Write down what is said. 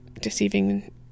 deceiving